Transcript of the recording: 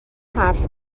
حرف